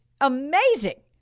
amazing